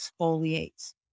exfoliates